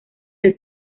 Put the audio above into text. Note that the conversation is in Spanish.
del